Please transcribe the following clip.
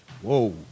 Whoa